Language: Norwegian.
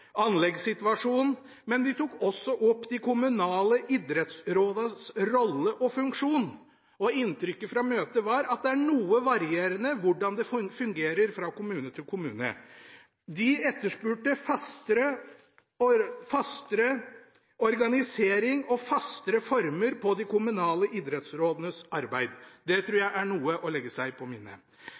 anleggssituasjonen, men de tok også opp de kommunale idrettsrådenes rolle og funksjon. Inntrykket fra møtet var at det er noe varierende hvordan det fungerer fra kommune til kommune. De etterspurte fastere organisering og fastere former på de kommunale idrettsrådenes arbeid. Det trur jeg er noe å legge seg på minne.